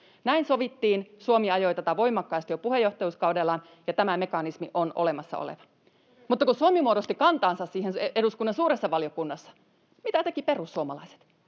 Näin sovittiin, Suomi ajoi tätä voimakkaasti jo puheenjohtajuuskaudellaan, ja tämä mekanismi on olemassa oleva. Mutta kun Suomi muodosti kantaansa siihen eduskunnan suuressa valiokunnassa, mitä tekivät perussuomalaiset?